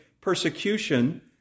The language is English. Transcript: persecution